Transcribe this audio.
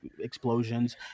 explosions